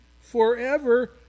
forever